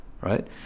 right